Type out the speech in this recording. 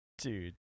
Dude